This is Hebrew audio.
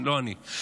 לא אני,